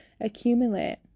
accumulate